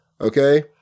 okay